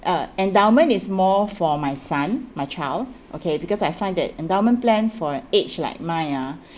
uh endowment is more for my son my child okay because I find that endowment plan for age like mine ah